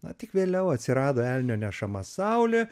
na tik vėliau atsirado elnio nešama saulė